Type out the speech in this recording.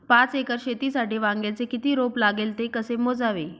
पाच एकर शेतीसाठी वांग्याचे किती रोप लागेल? ते कसे मोजावे?